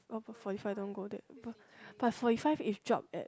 !wah! but forty five don't go there bu~ but forty five is drop at